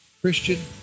Christian